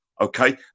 okay